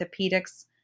orthopedics